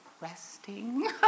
resting